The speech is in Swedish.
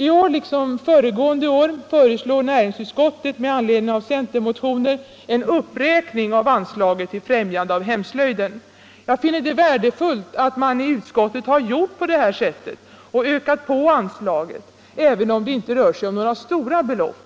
I år liksom föregående år föreslår näringsutskottet med anledning av centermotioner en uppräkning av anslaget till främjande av hemslöjden. Jag finner det värdefullt att man i utskottet har gjort på detta sätt och ökat på anslaget även om det inte rör sig om några stora belopp.